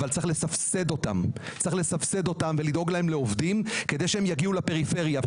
אבל צריך לסבסד אותן ולדאוג להם לעובדים כדי שהם יגיעו לפריפריה.